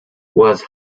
was